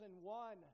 one